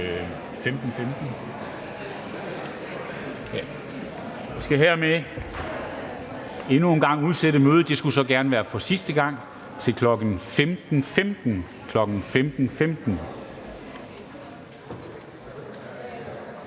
Jeg skal hermed endnu en gang udsætte mødet – det skulle så gerne være for sidste gang – til kl. 15.15.